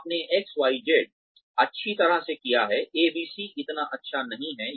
आपने XYZ अच्छी तरह से किया है ABC इतना अच्छा नहीं है